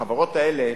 החברות האלה